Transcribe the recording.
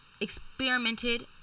experimented